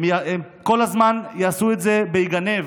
הם כל הזמן יעשו את זה בגנבה.